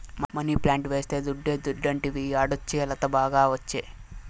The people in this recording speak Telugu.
మనీప్లాంట్ వేస్తే దుడ్డే దుడ్డంటివి యాడొచ్చే లత, బాగా ఒచ్చే